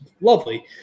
Lovely